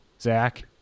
Zach